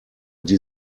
die